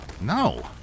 No